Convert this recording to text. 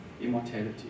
immortality